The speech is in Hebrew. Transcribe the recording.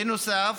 בנוסף,